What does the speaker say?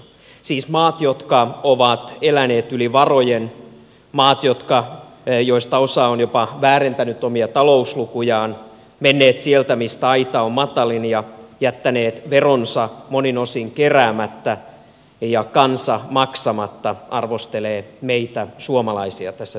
siis maat jotka ovat eläneet yli varojen maat joista osa on jopa väärentänyt omia talouslukujaan menneet sieltä mistä aita on matalin ja jättäneet veronsa monin osin keräämättä ja kansa maksamatta arvostelevat meitä suomalaisia tässä tilanteessa